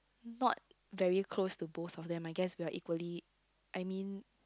not very close to both of them I guess we are equally I mean